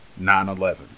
9-11